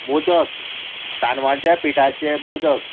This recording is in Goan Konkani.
मोदक तांदळाच्या पिठाचें मोदक